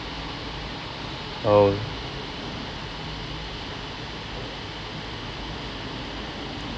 oh